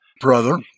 brother